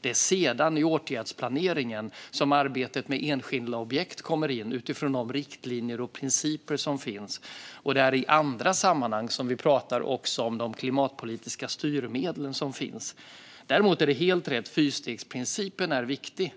Det är sedan i åtgärdsplaneringen som arbetet med enskilda objekt kommer in, utifrån de riktlinjer och principer som finns. Och det är i andra sammanhang som vi pratar om de klimatpolitiska styrmedel som finns. Däremot är det helt rätt att fyrstegsprincipen är viktig,